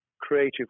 creative